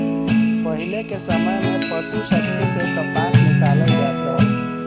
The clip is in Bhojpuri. पहिले के समय में पसु शक्ति से कपास निकालल जात रहल